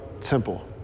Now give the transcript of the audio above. temple